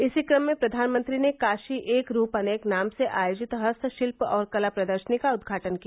इसी क्रम में प्रधानमंत्री ने काशी एक रूप अनेक नाम से आयोजित हस्तशिल्प और कला प्रदर्शनी का उदघाटन किया